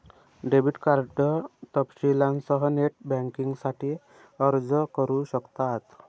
debit card तपशीलांसह net बँकिंगसाठी अर्ज करू शकतात